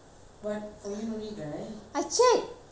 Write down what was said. I checked I went to liverpool website and checked